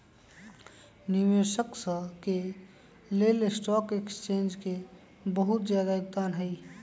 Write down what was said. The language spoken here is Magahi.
निवेशक स के लेल स्टॉक एक्सचेन्ज के बहुत जादा योगदान हई